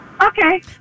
Okay